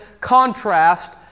contrast